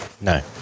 No